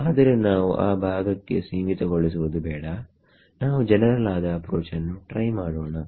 ಆದರೆ ನಾವು ಆ ಭಾಗಕ್ಕೆ ಸೀಮಿತ ಗೊಳಿಸುವುದು ಬೇಡ ನಾವು ಜನರಲ್ ಆದ ಅಪ್ರೋಚ್ ನ್ನು ಟ್ರೈ ಮಾಡೋಣ